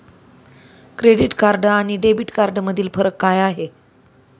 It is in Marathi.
क्रेडिट कार्ड आणि डेबिट कार्डमधील फरक काय आहे?